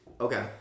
Okay